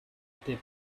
était